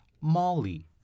Molly